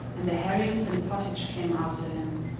and the herrings and pottage came after him,